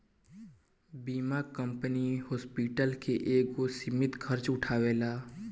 बीमा company hospital के एगो सीमित खर्चा उठावेला